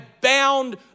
bound